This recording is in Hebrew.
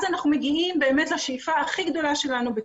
אז אנחנו מגיעים לשאיפה הכי גדולה שלנו.